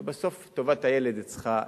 ובסוף טובת הילד צריכה להכריע.